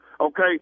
okay